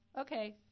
Okay